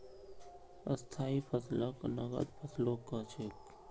स्थाई फसलक नगद फसलो कह छेक